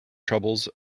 troubles